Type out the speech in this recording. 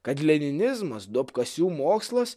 kad leninizmas duobkasių mokslas